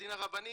הדין הרבני